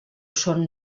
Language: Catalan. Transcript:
són